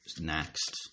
next